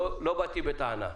לא באתי בטענה.